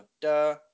duh